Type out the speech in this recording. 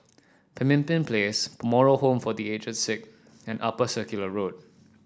Pemimpin Place Moral Home for The Aged Sick and Upper Circular Road